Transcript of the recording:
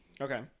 Okay